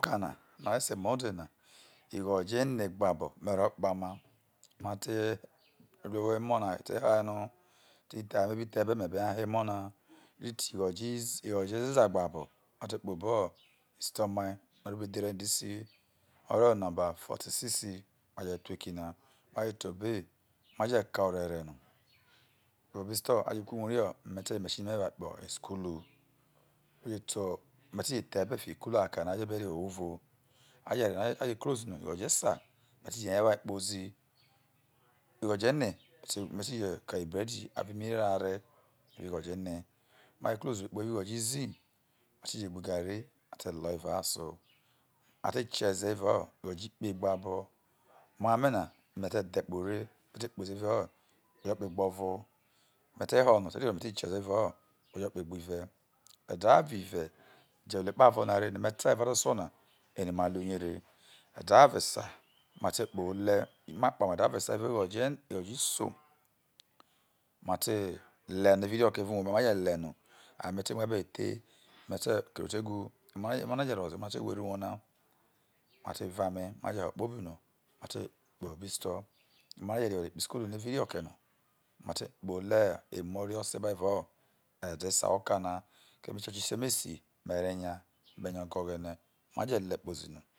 E̱do̱vo oka na no̱ are se monday na igho̱jo̱ enegbabo̱ me̱ rro̱ kpama ma te ru emo̱ na te̱te no̱ no aye me̱ be ha the e̱be̱ nayo̱ me̱be ho̱ emo̱na rite igho̱jo̱ ezeza gbabo̱ma te kpobo istomai no̱ o̱rrọ obo̱ edhere ndc no̱ o̱rro̱ nomba ipbaje̱ thueki na inaje te obei maje̱ kai orereno rouie isto̱ aje kuiwurai ho̱ mete̱ rro̱ machine me̱ woae̱ kpoho isukulu ojete aye me̱ teje the e̱be̱fiho̱ cular kai o̱no̱ a re̱ jo̱ obei re evao owuvo aje̱ re a je̱ close no igho̱jo̱ esa me̱ teje niyaii woae kpozi igho̱jo̱ ene me̱te̱ me̱te̱ je̱ kai ibredi avo̱ mineral re evao igho̱jo̱ ene ma je close no evao igho̱jo̱ izii mate je̱ gbe gavvi ma te̱ to̱ evao aso ma te kie̱ze evao igho̱jo̱ ikpe gbabo̱ me̱ omame̱ na me̱ te̱ dhe̱. Kpoho̱ oreme te kpozi evao igho̱jo̱ kpegbo̱vo̱ me̱ te̱ ho̱ no̱, mete̱re ore no mete kie̱ze̱ evao igho̱jo̱ kpegbive̱ e̱de̱ avo̱ive̱ jeruo epovo na re no me̱ ta evao e̱de̱ asosuona ere maru rie̱re e̱de̱ avo̱ esa mate kpohi ole̱ ma kpama evao e̱de̱ avo̱ esa evao igho̱jo̱ eneisoi mate̱ le̱ no evao unoke me̱ avo̱ uviuwou me̱je̱ le̱no ayeme̱ te̱mu e̱be̱ ho̱ ethe me̱ te̱ ke ria otewhu emo̱ na je̱ rowojze ma te hweve uwou na ma te vo ame maje̱ ho̱ kpobino mate kpoho̱ obo̱ isto̱ emo̱ na je̱ re ore kpoho̱ isukulu no irioke na mate kpoho̱ ole̱ emuore seba evao e̱de̱ esu oka na keme ichoche isiemea me̱ re̱ nyei jo̱ go̱ o̱ghe̱ne̱ maje̱ le kpozi na